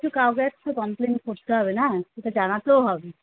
কিন্তু কাউকে একটা তো কমপ্লেন করতে হবে না একটু তো জানাতেও হবে